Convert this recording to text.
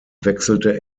wechselte